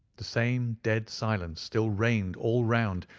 the same dead silence still reigned all round.